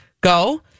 go